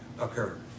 occurred